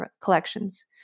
collections